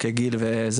כגיל.